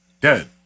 dead